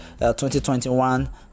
2021